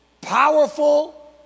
powerful